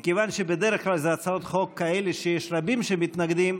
מכיוון שבדרך כלל זה הצעות חוק כאלה שיש רבים שמתנגדים,